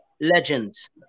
legends